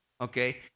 Okay